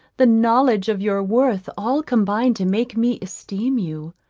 the knowledge of your worth, all combine to make me esteem you.